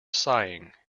sighing